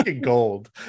gold